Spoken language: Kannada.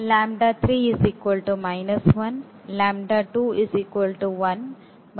ವನ್ನು ಪಡೆಯುತ್ತೇವೆ